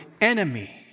enemy